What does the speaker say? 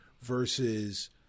versus